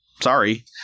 sorry